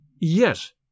Yes